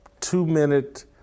two-minute